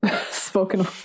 spoken